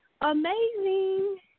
amazing